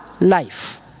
life